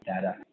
data